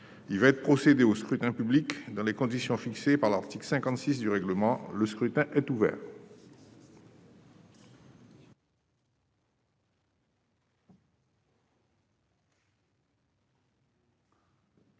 Il va être procédé au scrutin dans les conditions fixées par l'article 56 du règlement. Le scrutin est ouvert.